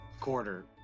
quarter